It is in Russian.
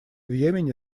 йемене